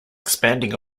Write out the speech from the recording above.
expanding